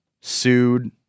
sued